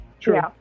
True